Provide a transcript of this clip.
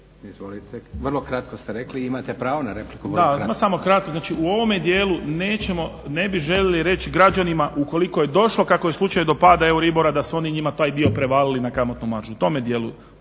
Izvolite. Vrlo kratko ste rekli. Imate pravo na repliku. **Lalovac, Boris** Ma samo kratko. Znači u ovome dijelu ne bih željeli reći građanima ukoliko je došlo do kako je u slučaju pada euribora da su oni taj dio njima prevalili na kamatnu maržu u tome dijelu.